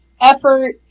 Effort